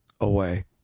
away